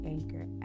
Anchor